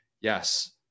yes